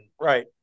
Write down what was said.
Right